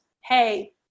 Hey